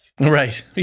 Right